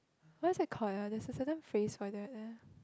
what it's called ah there's a certain phrase for it ya